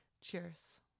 Cheers